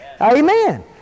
Amen